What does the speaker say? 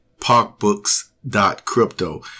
parkbooks.crypto